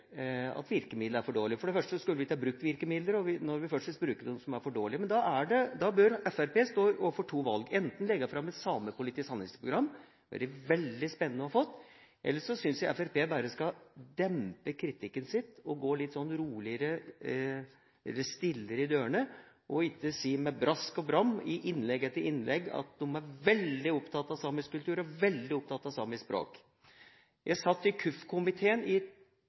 at virkemidlene er for dårlige. For det første skulle vi ikke brukt virkemidler, og når vi først bruker dem, er de for dårlige. Da bør Fremskrittspartiet stå overfor to valg: enten legge fram et samepolitisk handlingsprogram – det hadde det vært veldig spennende å få – eller så synes jeg Fremskrittspartiet bare skal dempe kritikken sin og gå litt roligere eller stillere i dørene og ikke si med brask og bram i innlegg etter innlegg at de er veldig opptatt av samisk kultur og veldig opptatt av samisk språk. Jeg satt i KUF-komiteen i